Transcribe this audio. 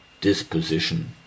disposition